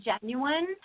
genuine